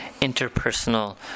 interpersonal